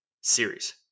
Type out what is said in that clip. series